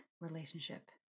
relationship